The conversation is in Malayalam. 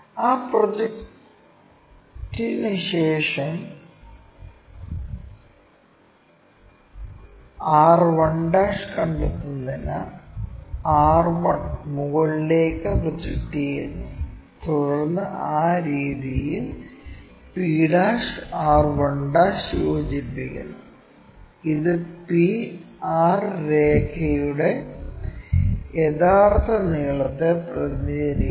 ആ പ്രോജക്റ്റിന് ശേഷം r1 കണ്ടെത്തുന്നതിന് r1 മുകളിലേക്ക് പ്രോജക്ട് ചെയ്യുന്നു തുടർന്ന് ആ രീതിയിൽ p r1 യോജിപ്പിക്കുന്നു ഇത് p r രേഖയുടെ യഥാർത്ഥ നീളത്തെ പ്രതിനിധീകരിക്കുന്നു